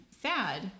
sad